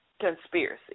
conspiracy